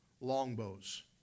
longbows